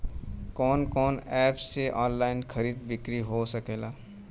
कवन कवन एप से ऑनलाइन खरीद बिक्री हो सकेला?